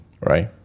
Right